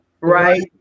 Right